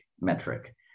metric